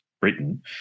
Britain